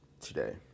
today